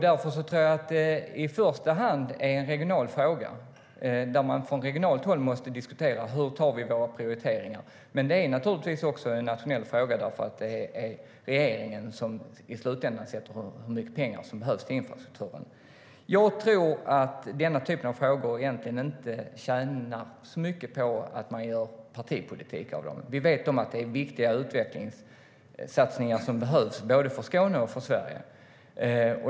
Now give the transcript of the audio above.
Därför tror jag att detta i första hand är en regional fråga där man från regionalt håll måste diskutera hur vi gör våra prioriteringar. Men det är naturligtvis också en nationell fråga därför att det i slutändan är regeringen som avgör hur mycket pengar som behövs till infrastrukturen. Jag tror att denna typ av frågor egentligen inte tjänar på att man gör partipolitik av dem. Vi vet att det är viktiga utvecklingssatsningar som behövs både för Skåne och för Sverige.